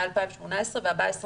היה ב-2018 והבא יהיה ב-2022.